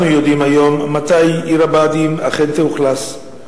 יודעים היום מתי עיר הבה"דים אכן תאוכלס.